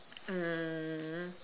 um